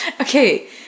Okay